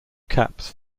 caps